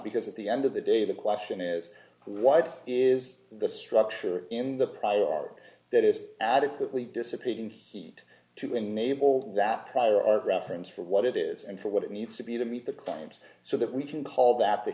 because at the end of the day d the question is what is the structure in the prior art that is adequately dissipating heat to enable that prior art reference for what it is and for what it needs to be to meet the claims so that we can call that the